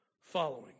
following